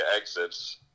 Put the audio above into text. exits